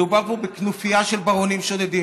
מדובר פה בכנופיה של ברונים שודדים